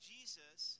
Jesus